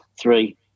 three